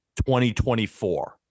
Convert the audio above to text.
2024